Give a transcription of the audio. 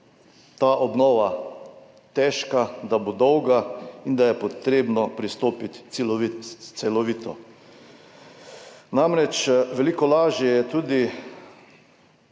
ta obnova težka, da bo dolga in da je potrebno pristopiti celovito. Veliko lažje je tudi